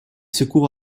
secours